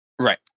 Right